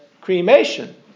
cremation